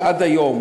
ועד היום